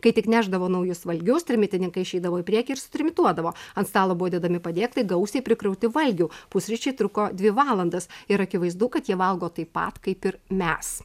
kai tik nešdavo naujus valgius trimitininkai išeidavo į priekį ir sutrimituodavo ant stalo buvo dedami padėklai gausiai prikrauti valgių pusryčiai truko dvi valandas ir akivaizdu kad jie valgo taip pat kaip ir mes